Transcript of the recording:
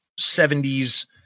70s